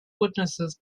witnesses